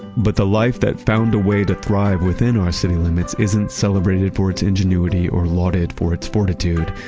but the life that found a way to thrive within our city limits isn't celebrated for its ingenuity or lauded for its fortitude.